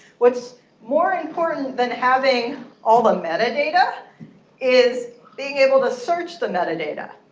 what's more important than having all the metadata is being able to search the metadata.